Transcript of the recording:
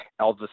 Elvis